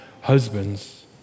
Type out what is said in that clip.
husbands